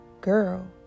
girl